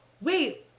wait